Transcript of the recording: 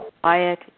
quiet